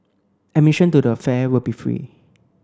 admission to the fair will be free